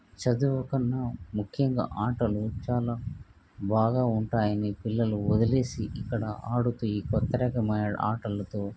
చదువు కన్నా ముఖ్యంగా ఆటలు చాలా బాగా ఉంటాయని పిల్లలు వదిలేసి ఇక్కడ ఆడుతూ ఈ క్రొత్త రకమైన ఆటలతో